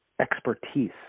expertise